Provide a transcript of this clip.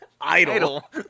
Idle